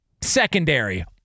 secondary